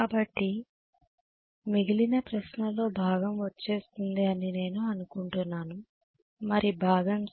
కాబట్టి మిగిలిన ప్రశ్నలో భాగం వచ్చేస్తుంది అని నేను అనుకుంటున్నాను మరి భాగం సి